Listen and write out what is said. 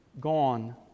gone